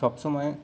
সবসময়